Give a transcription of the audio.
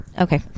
Okay